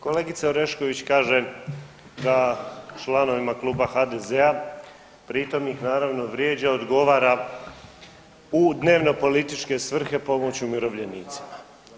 Kolegica Orešković kaže da članovima Kluba HDZ-a pri tom ih naravno vrijeđa, odgovara u dnevnopolitičke svrhe pomoći umirovljenicima.